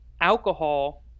alcohol